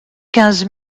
quinze